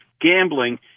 gambling